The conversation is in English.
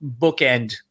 bookend